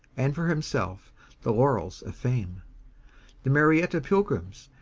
and for himself the laurels of fame the marietta pilgrims,